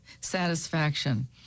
satisfaction